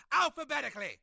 alphabetically